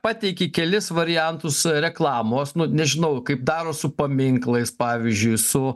pateiki kelis variantus reklamos nu nežinau kaip daro su paminklais pavyzdžiui su